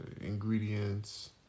Ingredients